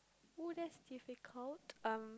oh that's difficult um